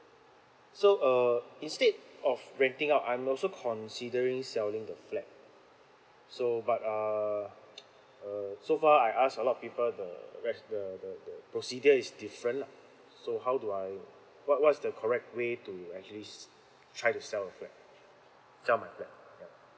so uh instead of renting out I'm also considering selling the flat so but uh err so far I ask a lot of people where's the the the procedure is different lah so how do I what what's the correct way to actually try to sell a flat sell my flat yeah